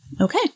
Okay